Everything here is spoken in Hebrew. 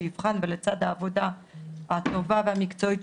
שיבחן ולצד העבודה הטובה והמקצועית,